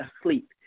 asleep